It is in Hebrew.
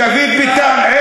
דוד ביטן.